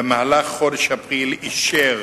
במהלך חודש אפריל אישר